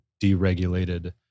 deregulated